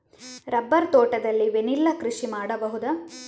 Rubber ತೋಟದಲ್ಲಿ vanilla ಕೃಷಿ ಮಾಡಬಹುದಾ?